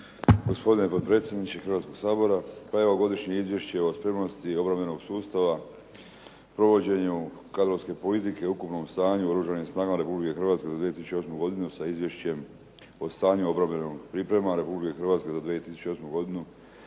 Gospodine potpredsjedniče Hrvatskoga sabora. Pa evo, Godišnje izvješće o spremnosti obrambenog sustava, provođenja kadrovske politike i ukupnom stanju u Oružanim snagama Republike Hrvatske za 2008. godinu, s Izvješćem o stanju obrambenih priprema Republike Hrvatske za 2008. godinu